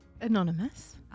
Anonymous